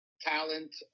talent